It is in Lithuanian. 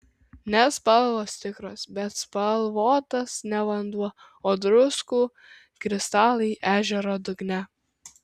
ne spalvos tikros bet spalvotas ne vanduo o druskų kristalai ežero dugne